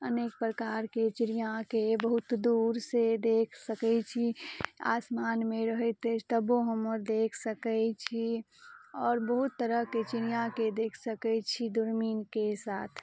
अनेक प्रकारके चिड़िऑंके बहुत दूर से देख सकैत छी आसमानमे रहैत अछि तबो हम देख सकै छी और बहुत तरहके चिड़ियाँके देख सकै छी दूरमीनके साथ